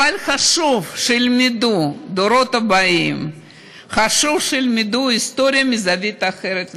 אבל חשוב שהדורות הבאים ילמדו היסטוריה מזווית אחרת לגמרי.